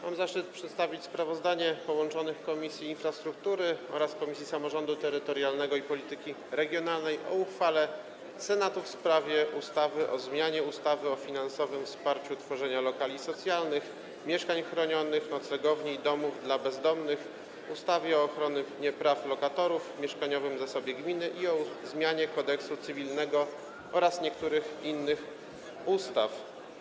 Mam zaszczyt przedstawić sprawozdanie połączonych Komisji Infrastruktury oraz Komisji Samorządu Terytorialnego i Polityki Regionalnej o uchwale Senatu w sprawie ustawy o zmianie ustawy o finansowym wsparciu tworzenia lokali socjalnych, mieszkań chronionych, noclegowni i domów dla bezdomnych, ustawy o ochronie praw lokatorów, mieszkaniowym zasobie gminy i o zmianie Kodeksu cywilnego oraz niektórych innych ustaw.